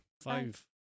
five